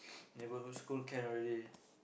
neighbourhood school can already